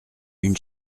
une